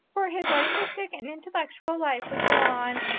for his artistic and intellectual life would go on,